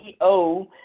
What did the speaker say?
ceo